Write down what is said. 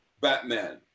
Batman